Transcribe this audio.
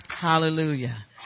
Hallelujah